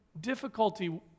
difficulty